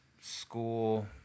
school